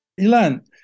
Ilan